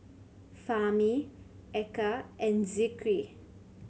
Fahmi Eka and Zikri